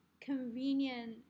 convenient